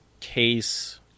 case